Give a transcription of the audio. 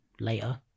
later